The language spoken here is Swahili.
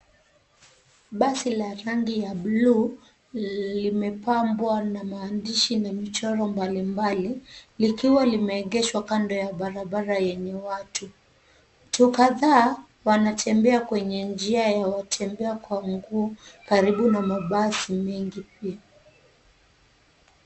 Basi la rangi ya bluu limepambwa na maandishi na michoro mbalimbali likiwa limeegeshwa kando ya barabara yenye watu. Watu kadhaa wanatembea kwenye njia ya watembea kwa mguu karibu na mabasi mengi pia.